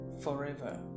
forever